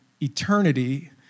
eternity